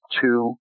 two